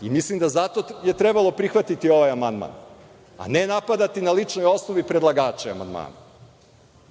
Mislim da je zato trebalo prihvatiti ovaj amandman, a ne napadati na ličnoj osnovi predlagače amandmana. Koja